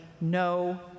no